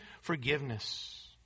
forgiveness